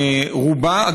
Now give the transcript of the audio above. רובה,